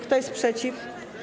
Kto jest przeciw?